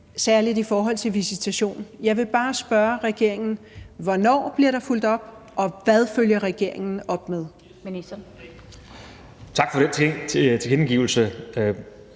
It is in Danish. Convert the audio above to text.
særlig i forhold til visitation. Jeg vil bare spørge regeringen: Hvornår bliver der fulgt op, og hvad følger regeringen op med? Kl. 16:59 Den fg.